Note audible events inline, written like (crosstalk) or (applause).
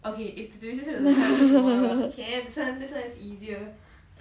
(laughs)